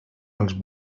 als